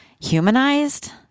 humanized